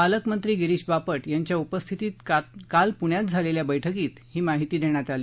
पालकमंत्री गिरीष बापट यांच्या उपस्थितीत काल पुण्यातझालेल्या बैठकीत ही माहिती देण्यात आली